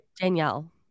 Danielle